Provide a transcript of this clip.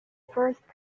first